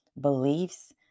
beliefs